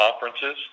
conferences